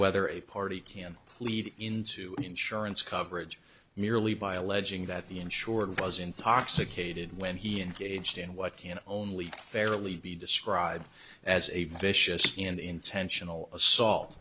whether a party can plead into an insurance coverage merely by alleging that the insured was intoxicated when he engaged in what can only fairly be described as a vicious and intentional assault